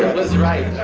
was right.